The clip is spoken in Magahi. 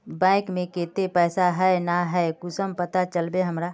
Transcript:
बैंक में केते पैसा है ना है कुंसम पता चलते हमरा?